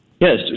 Yes